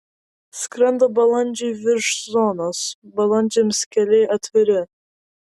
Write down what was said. skrenda balandžiai virš zonos balandžiams keliai atviri